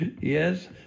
Yes